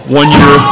one-year